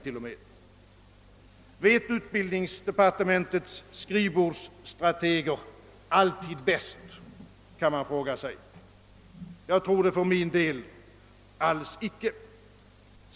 Man kan fråga sig, om = utbildningsdepartementets skrivbordsstrateger alltid vet bäst. Jag tror det för min del alls icke.